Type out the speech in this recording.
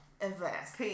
Invest